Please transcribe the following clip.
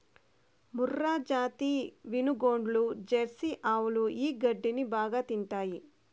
మూర్రాజాతి వినుగోడ్లు, జెర్సీ ఆవులు ఈ గడ్డిని బాగా తింటాయి